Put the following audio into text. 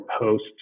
post